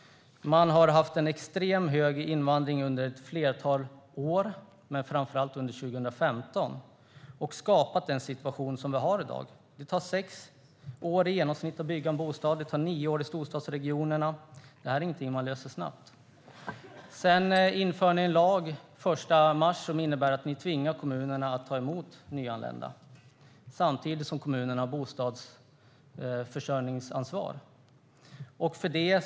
Vi har haft en extremt hög invandring under ett flertal år, men framför allt under 2015, och man har skapat den situation som vi har i dag. Det tar i genomsnitt sex år att bygga en bostad, nio år i storstadsregionerna. Det här är ingenting som man löser snabbt. Sedan införde ni en lag den 1 mars som innebär att ni tvingar kommunerna att ta emot nyanlända, samtidigt som kommunerna har bostadsförsörjningsansvar.